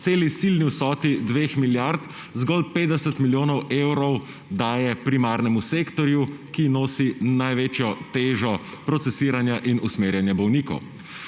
celi silni vsoti 2 milijard zgolj 50 milijonov evrov daje primarnemu sektorju, ki nosi največjo težo procesiranja in usmerjanja bolnikov.